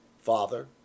Father